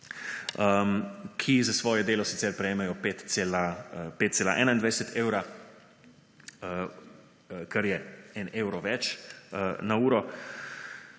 ki za svoje delo sicer prejemajo 5,21 evra, kar je evro več na uro.